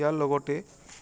ইয়াৰ লগতে